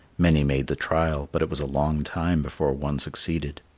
many made the trial, but it was a long time before one succeeded.